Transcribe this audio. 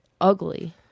ugly